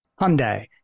Hyundai